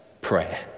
prayer